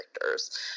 characters